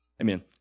Amen